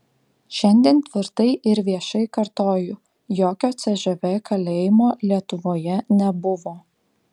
šiandien tvirtai ir viešai kartoju jokio cžv kalėjimo lietuvoje nebuvo